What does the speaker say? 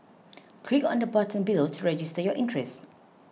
click on the button below to register your interest